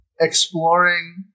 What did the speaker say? exploring